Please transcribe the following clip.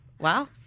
wow